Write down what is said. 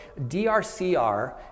DRCR